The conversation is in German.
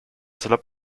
salopp